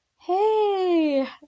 Hey